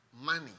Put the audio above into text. money